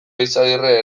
eizagirre